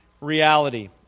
reality